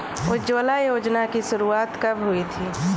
उज्ज्वला योजना की शुरुआत कब हुई थी?